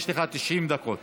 יש לך 90 דקות